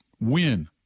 win